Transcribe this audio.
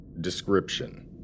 Description